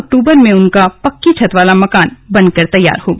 अक्टूबर में उनका पक्की छत वाला मकान बनकर तैयार हो गया